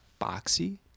Boxy